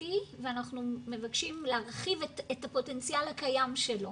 ממשלתי ואנחנו מבקשים להרחיב את הפוטנציאל הקיים שלו.